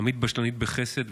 עמית בשלנית בחסד,